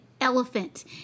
elephant